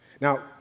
Now